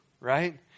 right